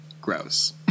gross